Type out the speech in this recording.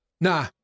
nah